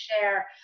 share